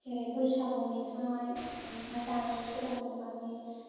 जेरै बैसागु मेथाइ ओमफ्राय दानि गोदान मुगानि